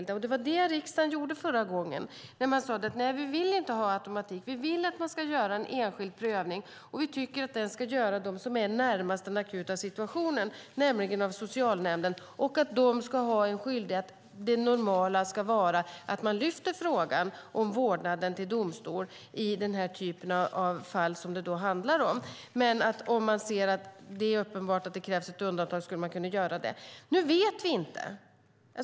Det var detta riksdagen gjorde förra gången när man sade att man inte vill ha automatik utan att man ska göra en enskild prövning och att den ska göras av dem som är närmast den akuta situationen, nämligen socialnämnden. Det normala ska då vara att man lyfter frågan om vårdnaden till domstol i den typ av fall som det här handlar om, men om man ser att det är uppenbart att det krävs ett undantag ska man kunna göra det.